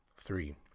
Three